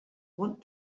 want